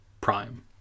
Prime